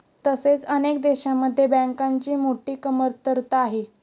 तसेच अनेक देशांमध्ये बँकांची मोठी कमतरता आहे